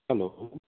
hello